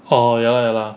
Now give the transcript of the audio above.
orh ya lah ya lah